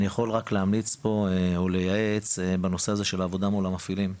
אני יכול רק להמליץ פה או לייעץ בנושא הזה של עבודה מול המפעילים.